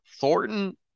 Thornton